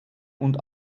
und